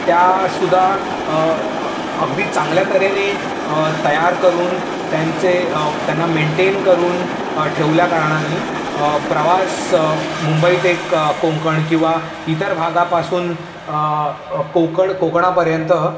त्या सुद्धा अगदी चांगल्या तऱ्हेने तयार करून त्यांचे त्यांना मेंटेन करून ठेवल्या कारणाने प्रवास मुंबई ते क कोकण किंवा इतर भागापासून कोकण कोकणापर्यंत